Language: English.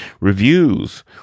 Reviews